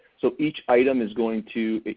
so each item is going to,